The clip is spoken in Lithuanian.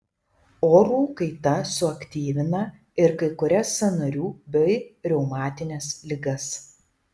orų kaita suaktyvina ir kai kurias sąnarių bei reumatines ligas